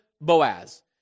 Boaz